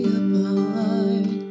apart